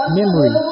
memory